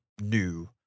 new